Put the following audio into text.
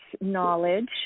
knowledge